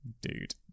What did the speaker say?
dude